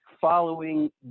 following